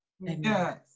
Yes